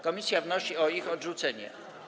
Komisja wnosi o ich odrzucenie.